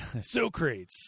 Socrates